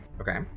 Okay